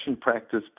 practice